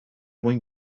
mwyn